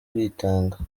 kwitanga